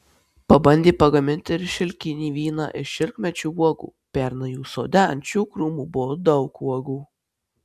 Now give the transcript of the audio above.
pabandė pagaminti ir šilkinį vyną iš šilkmedžių uogų pernai jų sode ant šių krūmų buvo daug uogų